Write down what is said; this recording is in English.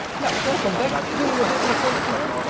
now, welcome back, feeling a bit more comfortable?